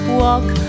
walk